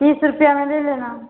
बीस रुपया में ले लेना